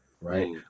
right